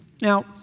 Now